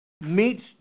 meets